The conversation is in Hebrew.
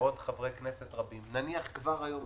ועוד חברי כנסת רבים נניח כבר היום